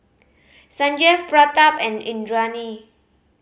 Sanjeev Pratap and Indranee